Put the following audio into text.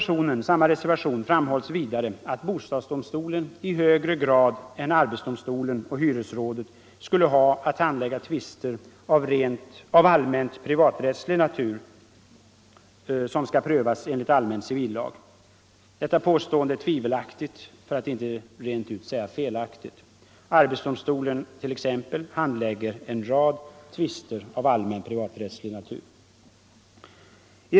I samma reservation framhålls vidare att bostadsdomstolen i högre grad än arbetsdomstolen och hyresrådet skulle ha att handlägga tvister av allmänt privaträttslig natur som skall prövas enligt allmän civillag. Detta påstående är tvivelaktigt för att inte rent ut säga felaktigt. Arbetsdomstolen handlägger en rad tvister av allmänt privaträttslig natur.